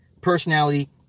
personality